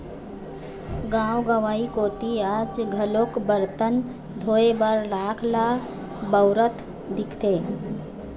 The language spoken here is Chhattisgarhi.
गाँव गंवई कोती आज घलोक बरतन धोए बर राख ल बउरत दिखथे